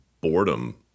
boredom